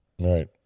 Right